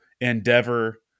Endeavor